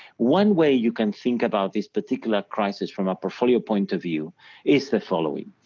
one way you can think about this particular crisis from a portfolio point of view is the following.